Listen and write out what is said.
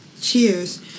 Cheers